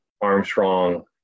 Armstrong